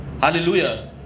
hallelujah